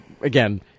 again